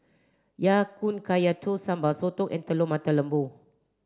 Ya Kun Kaya Toast Sambal Sotong and Telur Mata Lembu